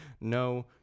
no